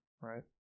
right